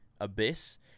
abyss